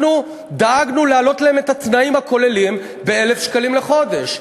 אנחנו דאגנו להעלות להם את התנאים הכוללים ב-1,000 שקלים לחודש.